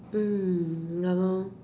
mm ya lor